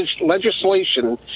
legislation